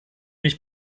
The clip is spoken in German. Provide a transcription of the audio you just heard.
mich